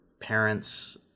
parents